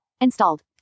Installed